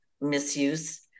misuse